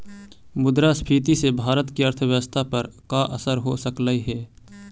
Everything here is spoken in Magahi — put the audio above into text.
मुद्रास्फीति से भारत की अर्थव्यवस्था पर का असर हो सकलई हे